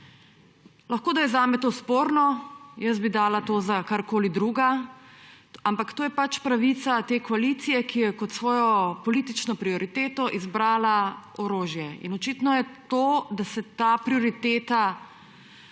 Lahko, da je zame to sporno, jaz bi dala to za karkoli drugega, ampak to je pač pravica te koalicije, ki je kot svojo politično prioriteto izbrala orožje. In očitno je to, da se ta prioriteta